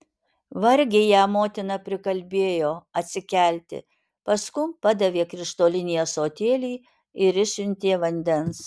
vargiai ją motina prikalbėjo atsikelti paskum padavė krištolinį ąsotėlį ir išsiuntė vandens